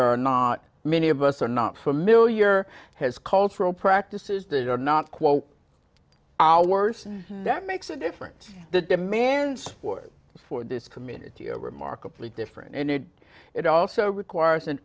are not many of us are not familiar has cultural practices that are not quote worsen that makes a difference the demand sport for this community a remarkably different and it it also requires an